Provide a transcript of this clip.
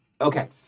Okay